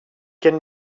can